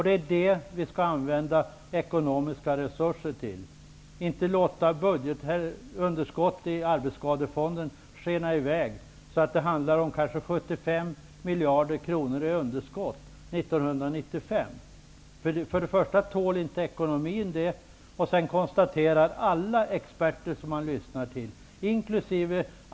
Det är vad vi skall använda de ekonomiska resurserna till, inte till att låta arbetsskadefondens budgetunderskott skena i väg till kanske 75 miljarder kronor 1995, för det tål inte ekonomin. Dessutom konstaterar alla experter inkl.